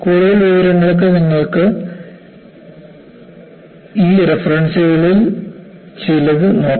കൂടുതൽ വിവരങ്ങൾക്ക് നിങ്ങൾക്ക് ഈ റഫറൻസുകളിൽ ചിലത് നോക്കാം